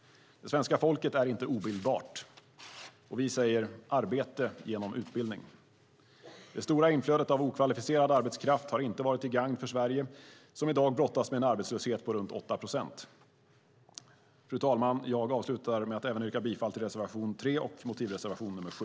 Svenska folket är inte obildbart. Vi säger "arbete genom utbildning". Det stora inflödet av okvalificerad arbetskraft har inte varit till gagn för Sverige som i dag brottas med en arbetslöshet på runt 8 procent. Fru talman! Jag avslutar anförandet med att yrka bifall även till reservation 3 och motivreservation 7.